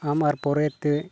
ᱟᱢ ᱟᱨ ᱯᱚᱨᱮᱛᱮ